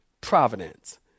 Providence